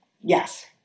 Yes